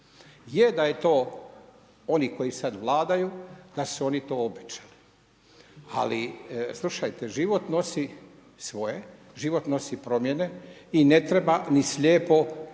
je da je to oni koji sad vladaju da su oni to obećali, ali slušajte, život nosi svoje, život nosi promjene i ne treba ni slijepo